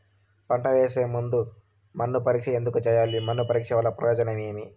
పంట వేసే ముందు మన్ను పరీక్ష ఎందుకు చేయాలి? మన్ను పరీక్ష వల్ల ప్రయోజనం ఏమి?